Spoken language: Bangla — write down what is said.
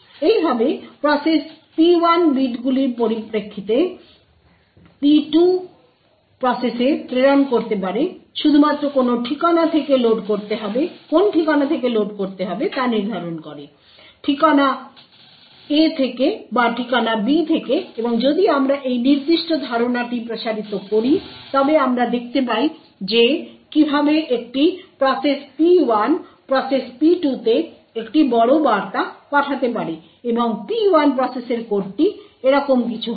এইভাবে প্রসেস P1 বিটগুলির পরিপ্রেক্ষিতে P2 প্রসেসে প্রেরণ করতে পারে শুধুমাত্র কোন ঠিকানা থেকে লোড করতে হবে তা নির্ধারণ করে ঠিকানা A থেকে বা ঠিকানা B থেকে এবং যদি আমরা এই নির্দিষ্ট ধারণাটি প্রসারিত করি তবে আমরা দেখতে পাই যে কিভাবে একটি প্রসেস P1 প্রসেস P2 তে একটি বড় বার্তা পাঠাতে পারে এবং P1 প্রসেসের কোডটি এরকম কিছু করবে